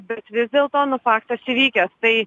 bet vis dėlto na faktas įvykęs tai